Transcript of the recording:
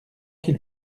qu’il